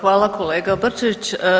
Hvala kolega Brčić.